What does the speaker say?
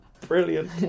Brilliant